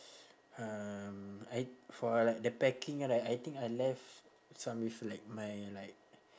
um I for like the packing right I think I left some with like my like